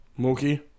Mookie